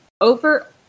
over